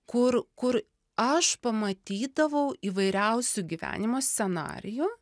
kur kur aš pamatydavau įvairiausių gyvenimo scenarijų